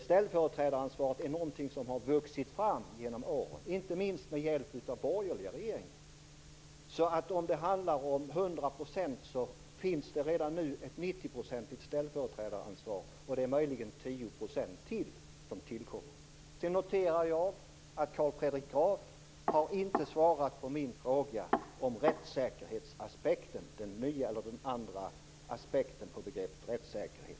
Ställföreträdaransvaret är någonting som har vuxit fram genom åren, inte minst med hjälp av borgerliga regeringar. Om det handlar om 100 % finns det redan nu ett 90-procentigt ställföreträdaransvar - och det tillkommer möjligen 10 %. Jag noterar att Carl Fredrik Graf inte har svarat på min fråga om rättssäkerhetsaspekten, om den nya eller den andra aspekten på begreppet rättssäkerhet.